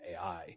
AI